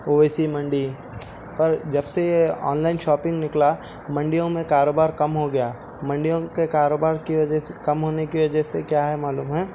اویسی منڈی پر جب سے یہ آن لائن شاپنگ نکلا منڈیوں میں کاروبار کم ہوگیا منڈیوں کے کاروبار کی وجہ سے کم ہونے کی وجہ سے کیا ہے معلوم ہے